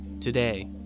Today